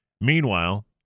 Meanwhile